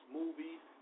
movies